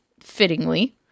fittingly